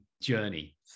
journey